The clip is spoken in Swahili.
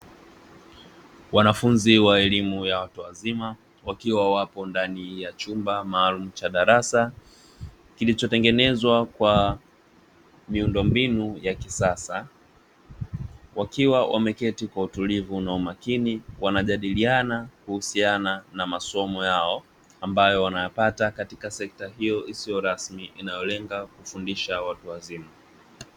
Wanafunzi wa elimu ya watu wazima, wakiwa wapo ndani ya chumba maalum cha darasa, kilichotengenezwa kwa miundombinu ya kisasa, wakiwa wameketi kwa utulivu na umakini, wanajadiliana kuhusiana na masomo yao ambayo wanayapata katika sekta hiyo isiyo rasmi inayolenga kufundisha watu wazima.